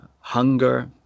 hunger